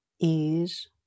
ease